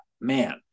Man